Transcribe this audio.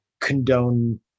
condone